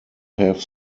have